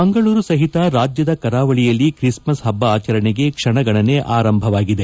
ಮಂಗಳೂರು ಸಹಿತ ರಾಜ್ಯದ ಕರಾವಳಿಯಲ್ಲಿ ತ್ರಿಸ್ಕನ್ ಹಬ್ಬ ಆಚರಣೆಗೆ ಕ್ಷಣಗಣನೆ ಆರಂಭವಾಗಿದೆ